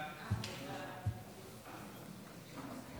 ההצעה להעביר